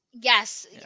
Yes